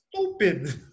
stupid